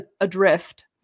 adrift